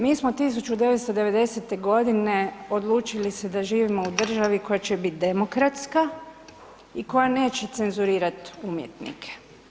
Mi smo 1990. godine odlučili se da živimo u državi koja će biti demokratska i koja neće cenzurirati umjetnike.